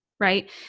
Right